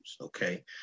okay